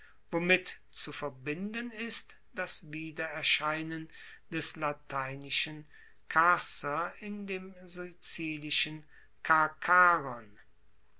womit zu verbinden ist das wiedererscheinen des lateinischen carcer in dem sizilischen